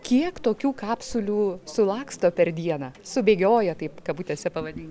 kiek tokių kapsulių sulaksto per dieną subėgioja taip kabutėse pavadinkim